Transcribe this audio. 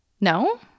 No